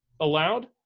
allowed